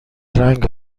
رنگ